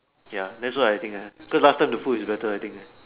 ya this one I think ah good life and the food is better I think eh